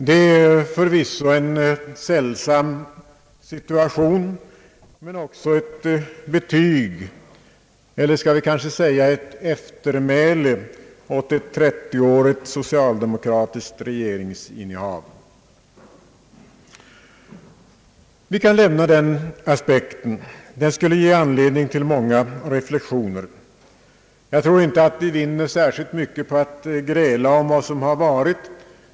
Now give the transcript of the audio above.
Det är förvisso en sällsam situation men också ett betyg — eller skall vi säga eftermäle — åt ett 30-årigt socialdemokratiskt regeringsinnehav. Vi kan lämna den aspekten. Den skulle ge anledning till många reflexioner. Jag tror inte att vi vinner särskilt mycket på att gräla om vad som varit.